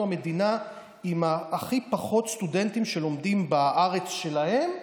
אנחנו המדינה עם הכי פחות סטודנטים שלומדים בארץ שלהם,